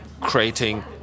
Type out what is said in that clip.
creating